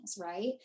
right